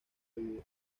vivir